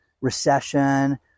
recession